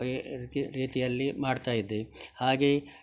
ಈ ರೀತಿ ರೀತಿಯಲ್ಲಿ ಮಾಡ್ತಾ ಇದ್ದೀವಿ ಹಾಗೆಯೆ